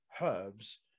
herbs